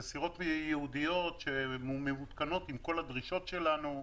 זה סירות ייעודיות שמעודכנות עם כל הדרישות שלנו.